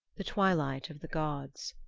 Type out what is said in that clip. the twilight of the gods.